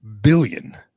billion